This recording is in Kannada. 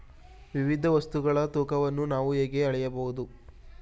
ವಿವಿಧ ವಸ್ತುಗಳ ತೂಕವನ್ನು ನಾವು ಹೇಗೆ ಅಳೆಯಬಹುದು?